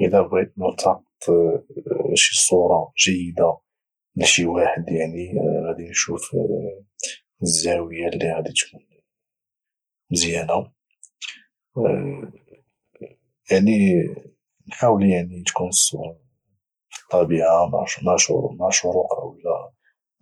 الى بغيت نلتقط شي صوره جيده لشي واحد يعني غادي نشوف الزاويه اللي غادي تكون مزيانه حاولي يعني تكون الصوره في الطبيعه مع شروق او لا